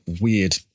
weird